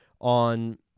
on